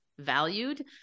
valued